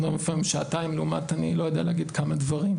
אנחנו לפעמים שעתיים לעומת אני לא יודע כמה דברים.